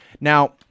Now